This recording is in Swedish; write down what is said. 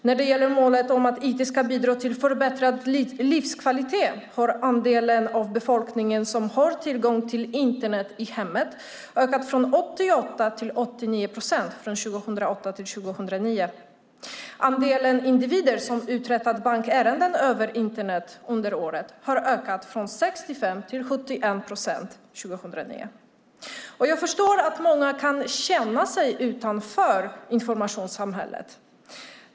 När det gäller målet att IT ska bidra till förbättrad livskvalitet har andelen av befolkningen som har tillgång till Internet i hemmet ökat från 88 till 89 procent från 2008 till 2009. Andelen individer som uträttat bankärenden över Internet under året har ökat från 65 till 71 procent 2009. Jag förstår att många kan känna sig utanför informationssamhället.